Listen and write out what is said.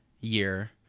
year